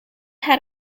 had